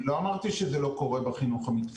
לא אמרתי שזה לא קורה בחינוך המקצועי.